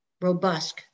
robust